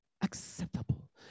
acceptable